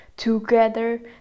Together